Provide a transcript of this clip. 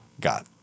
God